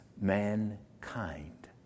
mankind